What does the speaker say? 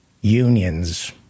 unions